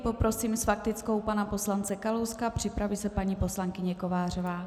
Poprosím s faktickou pana poslance Kalouska, připraví se paní poslankyně Kovářová.